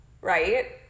right